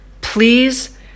please